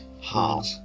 heart